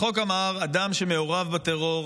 החוק אמר: אדם שמעורב בטרור,